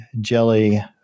jelly